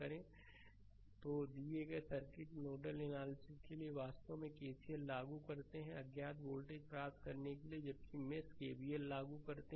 slide समय देखें 3110 तो दिए गए सर्किटनोडल एनालिसिस के लिए वास्तव में केसीएल लागू करते हैं अज्ञात वोल्टेज प्राप्त करने के लिए जबकि मेष केवीएल लागू करते हैं